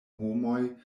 homoj